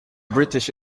british